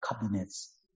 cabinets